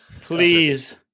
Please